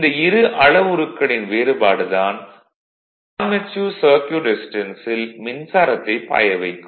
இந்த இரு அளவுருக்களின் வேறுபாடு தான் ஆர்மெச்சூர் சர்க்யூட் ரெசிஸ்டன்ஸில் மின்சாரத்தை பாய வைக்கும்